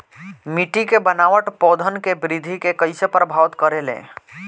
मिट्टी के बनावट पौधन के वृद्धि के कइसे प्रभावित करे ले?